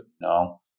no